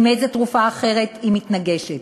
עם איזו תרופה אחרת היא מתנגשת.